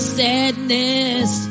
sadness